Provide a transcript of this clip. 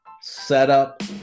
setup